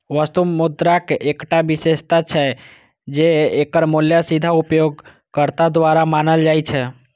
वस्तु मुद्राक एकटा विशेषता छै, जे एकर मूल्य सीधे उपयोगकर्ता द्वारा मानल जाइ छै